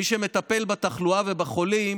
מי שמטפל בתחלואה ובחולים